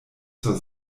zur